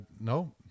No